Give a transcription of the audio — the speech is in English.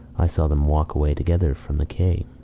i saw them walk away together from the quay.